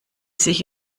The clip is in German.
sich